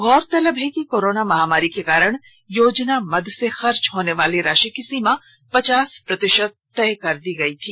गौरतलब है कि कोरोना महामारी के कारण योजना मद से खर्च होनेवाली राशि की सीमा पचास प्रतिशत तय कर दी थी